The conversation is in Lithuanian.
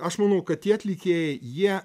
aš manau kad tie atlikėjai jie